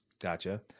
Gotcha